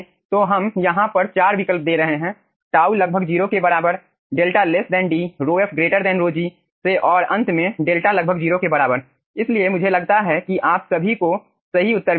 तो हम यहाँ पर 4 विकल्प दे रहे हैं τ लगभग 0 के बराबर 𝛿 D ρf ρg से और अंत में 𝛿 लगभग 0 के बराबर इसलिए मुझे लगता है कि आप सभी को सही उत्तर मिला है